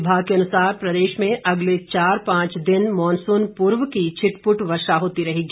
विभाग के अनुसार प्रदेश में अगले चार पांच दिन मॉनसून पूर्व की छिटपुट वर्षा होती रहेगी